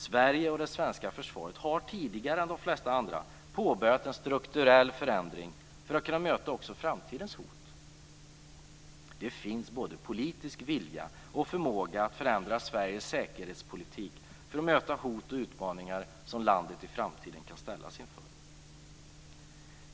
Sverige och det svenska försvaret har tidigare än de flesta andra påbörjat en strukturell förändring för att kunna möta också framtidens hot. Det finns både politisk vilja och förmåga att förändra Sveriges säkerhetspolitik för att möta hot och utmaningar som landet i framtiden kan ställas inför.